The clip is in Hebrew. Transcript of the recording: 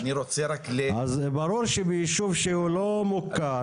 אז ברור שביישוב שהוא לא מוכר.